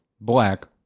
black